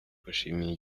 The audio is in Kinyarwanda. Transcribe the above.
tubashimiye